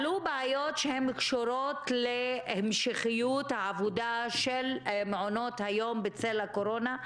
עלו בעיות שקשורות להמשכיות העבודה של מעונות היום בצל הקורונה,